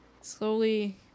Slowly